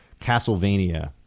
Castlevania